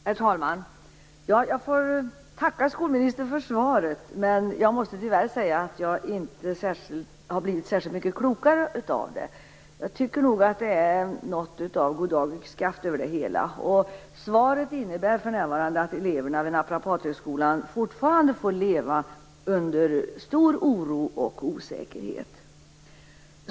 Herr talman! Jag får tacka skolministern för svaret, men jag måste tyvärr säga att jag inte har blivit särskilt mycket klokare av det. Jag tycker nog att det är något av goddag - yxskaft över det hela. Svaret innebär att eleverna vid Naprapathögskolan fortfarande får leva under stor oro och osäkerhet.